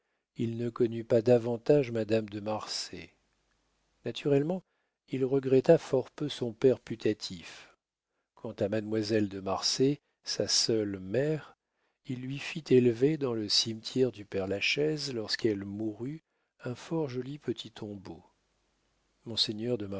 il ne connut pas davantage madame de marsay naturellement il regretta fort peu son père putatif quant à mademoiselle de marsay sa seule mère il lui fit élever dans le cimetière du père lachaise lorsqu'elle mourut un fort joli petit